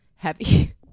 heavy